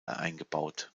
eingebaut